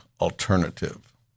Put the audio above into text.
alternative